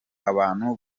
abantu